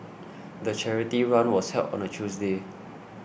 the charity run was held on a Tuesday